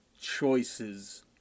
Choices